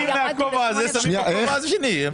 לוקחים מהכובע הזה ושמים בכובע השני.